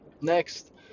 Next